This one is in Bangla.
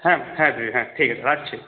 হ্যাঁ হ্যাঁ দিদি হ্যাঁ ঠিক আছে রাখছি